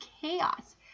chaos